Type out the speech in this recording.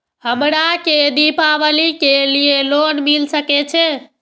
हमरा के दीपावली के लीऐ लोन मिल सके छे?